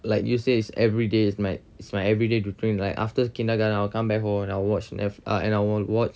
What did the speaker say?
like you said it's everyday it's my everyday routine like after kindergarten I will come back home and I will watch and I will watch